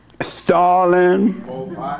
Stalin